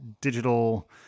digital